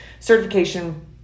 Certification